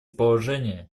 положения